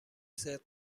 صدق